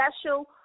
Special